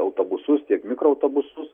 autobusus tiek mikroautobusus